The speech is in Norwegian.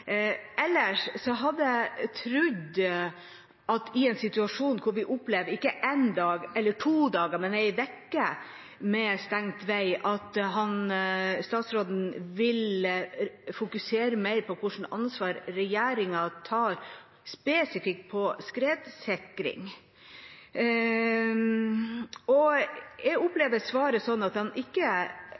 i en situasjon hvor vi opplever ikke en dag eller to dager, men en uke med stengt vei, ville fokusere mer på hva slags ansvar regjeringen tar spesifikt for skredsikring. Jeg opplever svaret sånn at han ikke